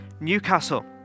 Newcastle